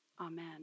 Amen